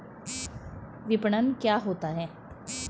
विपणन क्या होता है?